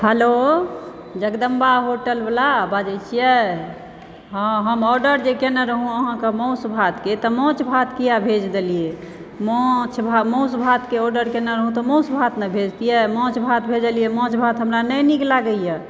hello Jagdamba hotel वाला बाजै छियै हँ हम आर्डर जे कयने रहौ अहाँकेॅं मासु भातके तऽ माछ भात किया भेज देलियै माछ मासु भातके आर्डर केने रहौ तऽ मासु भात ने भेजतियै माछ भात भेजलियै माछ भात हमरा नहि नीक लागैया